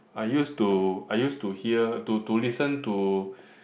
I used to I used to hear to to listen to